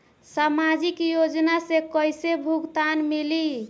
सामाजिक योजना से कइसे भुगतान मिली?